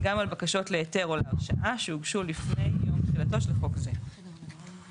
גם על תוכניות שהוגשו לפני יום תחילתן כאמור בסעיף קטן זה.